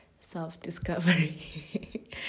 self-discovery